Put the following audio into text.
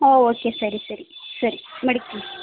ಹಾಂ ಓಕೆ ಸರಿ ಸರಿ ಸರಿ ಮಡಗ್ತೀನಿ